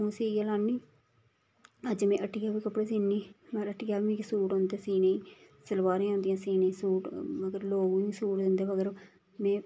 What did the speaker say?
आपूं सीऐ लान्नी अज्ज में हट्टियै बी कपड़े सीनी मगर हट्टियै बी मिकी सूट औंदे सीनें ई सलवारां औंदियां सीने सूट मगर लोक बी सूट दिंदे मगर में